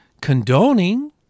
condoning